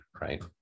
right